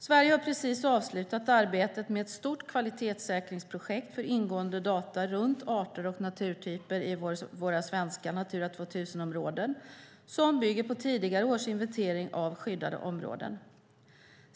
Sverige har precis avslutat arbetet med ett stort kvalitetssäkringsprojekt för ingående data runt arter och naturtyper i våra svenska Natura 2000-områden som bygger på tidigare års inventeringar av skyddade områden.